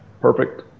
Perfect